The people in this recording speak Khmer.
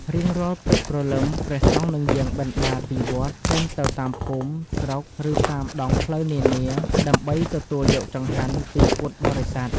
រៀងរាល់ព្រឹកព្រលឹម ព្រះសង្ឃនឹងយាងបិណ្ឌបាតពីវត្ត ចេញទៅតាមភូមិ ស្រុក ឬតាមដងផ្លូវនានា ដើម្បីទទួលយកចង្ហាន់ពីពុទ្ធបរិស័ទ។